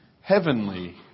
heavenly